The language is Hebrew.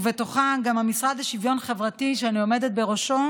ובתוכה גם המשרד לשוויון חברתי שאני עומדת בראשו,